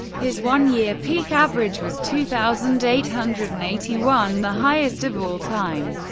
his one-year peak average was two thousand eight hundred and eighty one, the highest of all time.